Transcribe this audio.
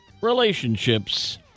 relationships